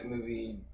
movie